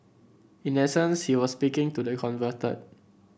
in essence he was speaking to the converted